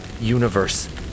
universe